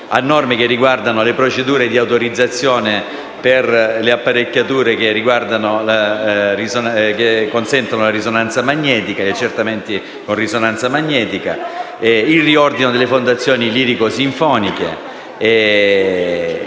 a norme che riguardano le procedure di autorizzazione per le apparecchiature che consentono la risonanza magnetica, fino al riordino delle fondazioni lirico-sinfoniche;